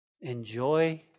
Enjoy